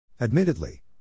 Admittedly